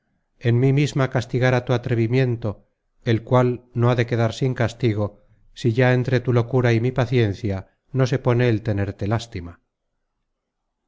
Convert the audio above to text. en mí misma castigara tu atrevimiento el cual no ha de quedar sin castigo si ya entre tu locura y mi paciencia no se pone el tenerte lástima